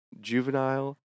juvenile